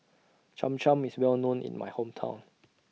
Cham Cham IS Well known in My Hometown